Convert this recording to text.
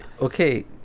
okay